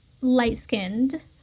light-skinned